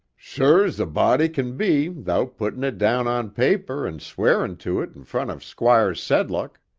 sure's a body can be thout putting it down on paper and swearing to it in front of squire sedlock.